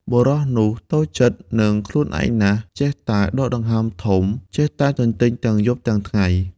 បុរសនោះតូចចិត្ដ និងខ្លួនឯងណាស់ចេះតែដកដង្ហើមធំ ចេះតែទន្ទេញទាំង យប់ទាំងថ្ងៃ។